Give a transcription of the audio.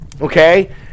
okay